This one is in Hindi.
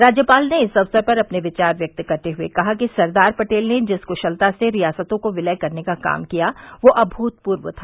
राज्यपाल ने इस अवसर पर अपने विचार व्यक्त करते हए कहा कि सरदार पटेल ने जिस कुशलता से रियासतों को विलय करने का काम किया वह अभूतपूर्व था